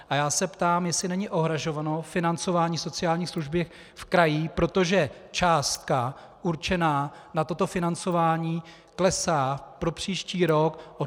A já se ptám, jestli není ohrožováno financování sociální služby v krajích, protože částka určená na toto financování klesá pro příští rok o 250 mil. Kč.